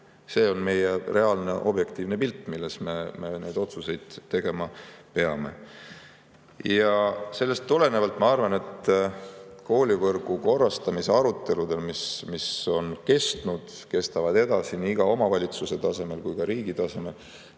See on meie reaalne objektiivne pilt, mille taustal me otsuseid tegema peame. Sellest tulenevalt ma arvan, et koolivõrgu korrastamise aruteludel, mis on kestnud ja kestavad edasi nii iga omavalitsuse tasemel kui ka riigi tasemel,